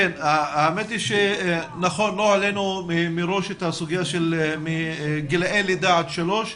זה נכון שלא העלינו מראש את הסוגיה של פעוטות מגיל לידה עד שלוש.